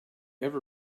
ever